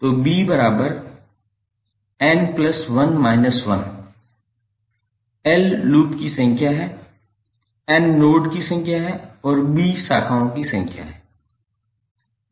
तो bln 1 l loop की संख्या है n नोड की संख्या है और b शाखाओं की संख्या है